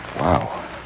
Wow